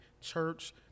church